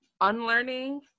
unlearning